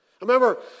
Remember